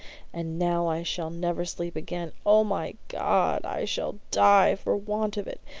and now i shall never sleep again! o my god i shall die for want of it!